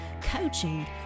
coaching